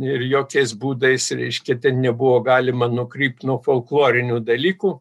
ir jokiais būdais reiškia ten nebuvo galima nukrypt nuo folklorinių dalykų